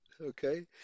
Okay